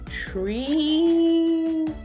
tree